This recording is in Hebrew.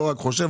לא רק חושב,